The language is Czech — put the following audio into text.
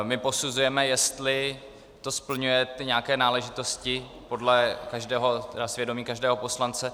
My posuzujeme, jestli to splňuje nějaké náležitosti, podle svědomí každého poslance.